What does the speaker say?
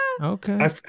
Okay